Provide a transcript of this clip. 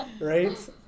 right